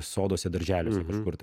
soduose darželiuose kažkur tai